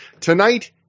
Tonight